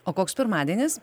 o koks pirmadienis